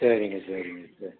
சரிங்க சரிங்க சரிங்க